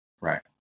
Right